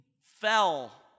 fell